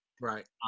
Right